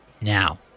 now